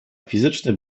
fizyczny